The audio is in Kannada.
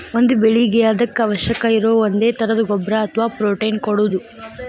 ಒಂದ ಬೆಳಿಗೆ ಅದಕ್ಕ ಅವಶ್ಯಕ ಇರು ಒಂದೇ ತರದ ಗೊಬ್ಬರಾ ಅಥವಾ ಪ್ರೋಟೇನ್ ಕೊಡುದು